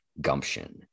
gumption